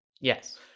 Yes